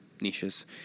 niches